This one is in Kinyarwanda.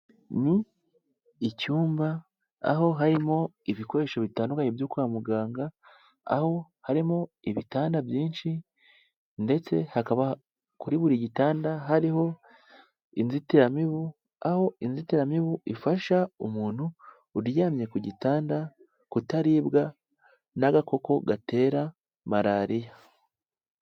Ni icyumba aho harimo ibikoresho bitandukanye byo kwa muganga, aho harimo ibitanda byinshi ndetse hakaba kuri buri gitanda hariho inzitiramibu, aho inzitiramibu ifasha umuntu uryamye ku gitanda kutaribwa n'agakoko gatera malariya.